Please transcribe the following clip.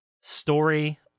story